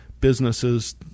businesses